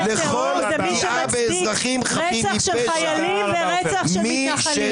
טרור זה מי שמצדיק רצח של חיילים ורצח של מתנחלים.